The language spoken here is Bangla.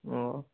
ও